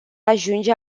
ajunge